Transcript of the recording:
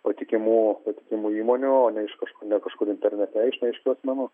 patikimų patikimų įmonių o ne iš kažkur ne kažkur internete iš neaiškių asmenų